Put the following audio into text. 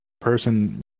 person